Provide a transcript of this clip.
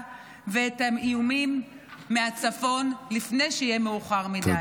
ואת האיומים מהצפון לפני שיהיה מאוחר מדי.